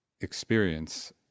experience